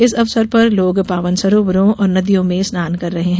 इस अवसर पर लोग पावन सरोवरों और नदियों में स्नान कर रहे हैं